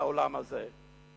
באולם הזה.